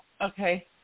okay